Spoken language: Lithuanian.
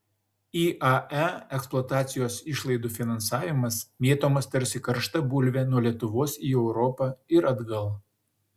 iae eksploatacijos išlaidų finansavimas mėtomas tarsi karšta bulvė nuo lietuvos į europą ir atgal